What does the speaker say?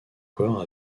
corps